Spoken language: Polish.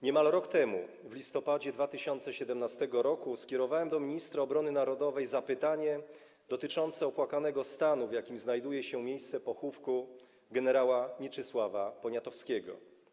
Niemal rok temu, w listopadzie 2017 r., skierowałem do ministra obrony narodowej zapytanie dotyczące opłakanego stanu, w jakim znajduje się miejsce pochówku gen. Mieczysława Poniatowskiego.